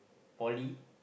poly